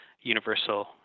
universal